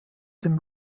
dem